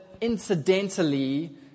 incidentally